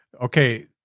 Okay